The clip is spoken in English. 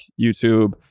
YouTube